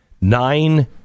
nine